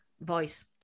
voice